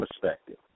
perspective